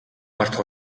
мартах